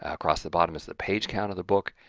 across the bottom is the page count of the book.